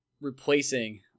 replacing